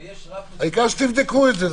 ויש רק --- העיקר שתבדקו את זה,